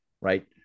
right